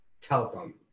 telephone